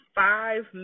five